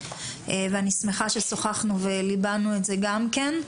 ואני שמחה ששוחחנו וליבנו את זה גם כן.